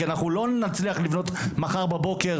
כי אנחנו לא נצליח לבנות מחר בבוקר,